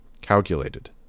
calculated